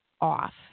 off